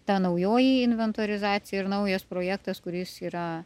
tą naujoji inventorizacija ir naujas projektas kuris yra